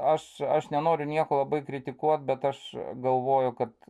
aš aš nenoriu nieko labai kritikuot bet aš galvoju kad